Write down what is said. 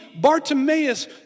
Bartimaeus